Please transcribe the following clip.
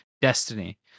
Destiny